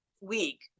week